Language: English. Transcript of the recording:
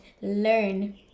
learn